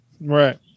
Right